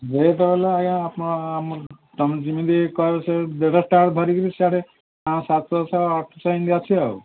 rate ହେଲା ଆଜ୍ଞା ଆପଣ ଆମେ ତମେ ଯେମିତି କହିବ ସେ ଧରିକିରି ସିଆଡ଼େ ସାତଶହ ଅଠଶହ ଏମିତି ଅଛି ଆଉ